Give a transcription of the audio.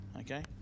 Okay